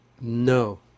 No